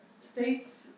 states